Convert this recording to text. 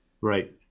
right